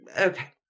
okay